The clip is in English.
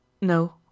No